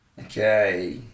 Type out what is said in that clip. Okay